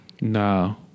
No